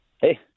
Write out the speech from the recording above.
hey